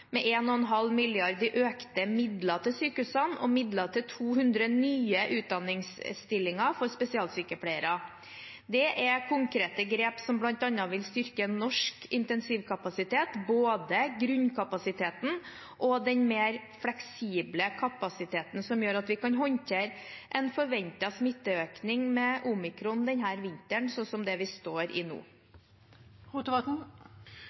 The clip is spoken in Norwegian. med 1,5 mrd. kr i økte midler til sykehusene og midler til 200 nye utdanningsstillinger for spesialsykepleiere. Det er konkrete grep som bl.a. vil styrke norsk intensivkapasitet, både grunnkapasiteten og den mer fleksible kapasiteten som gjør at vi kan håndtere en forventet smitteøkning med omikron denne vinteren, slik som det vi står i nå.